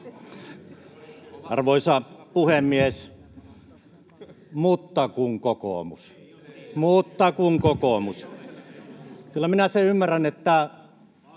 Arvoisa puhemies! ”Mutta kun kokoomus, mutta kun kokoomus.” Kyllä minä sen ymmärrän, että